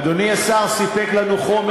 אדוני השר סיפק לנו חומר.